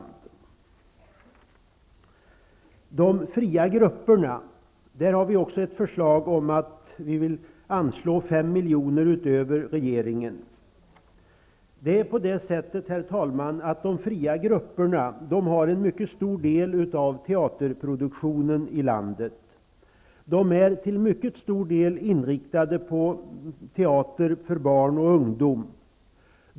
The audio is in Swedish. När det gäller de fria grupperna har vi också ett förslag där vi vill anslå fem miljoner kronor utöver vad regeringen anslår. De fria grupperna har en mycket stor del av teaterproduktionen i landet, herr talman. De är till mycket stor del inriktade på teater för barn och ungdom.